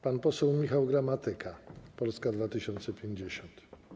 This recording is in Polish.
Pan poseł Michał Gramatyka, Polska 2050.